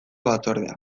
batzordea